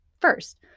First